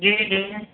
جی جی